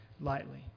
lightly